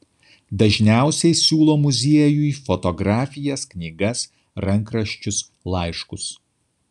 dažniausiai siūlo muziejui fotografijas knygas rankraščius laiškus